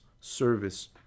service